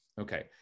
Okay